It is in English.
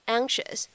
anxious